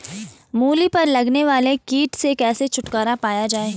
मूली पर लगने वाले कीट से कैसे छुटकारा पाया जाये?